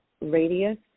radius